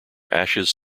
ashes